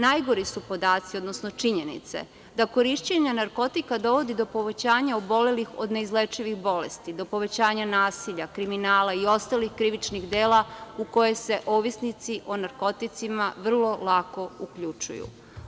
Najgori su podaci, odnosno činjenice, da korišćenje narkotika dovodi do povećanja obolelih od neizlečivih bolesti, do povećanja nasilja, kriminala i ostalih krivičnih dela u koje se ovisnici o narkoticima vrlo lako uključuju.